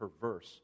perverse